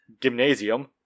gymnasium